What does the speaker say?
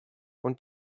und